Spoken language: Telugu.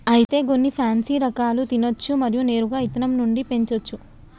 అయితే గొన్ని పాన్సీ రకాలు తినచ్చు మరియు నేరుగా ఇత్తనం నుండి పెంచోచ్చు